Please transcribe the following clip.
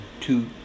two